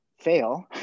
fail